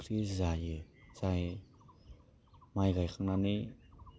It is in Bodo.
ओंख्रि जायो जाय माइ गायखांनानै